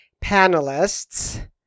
panelists